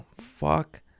Fuck